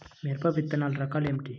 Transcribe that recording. మిరప విత్తనాల రకాలు ఏమిటి?